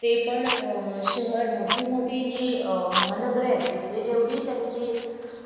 ते पण शहर मोठी मोठी जी महानगर आहेत तिथे जेवढी त्यांची